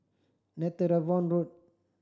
Netheravon Road